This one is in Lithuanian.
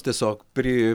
tiesiog pri